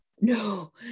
No